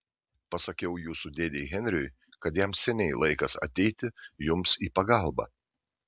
pasakiau jūsų dėdei henriui kad jam seniai laikas ateiti jums į pagalbą